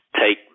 take